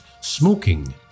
smoking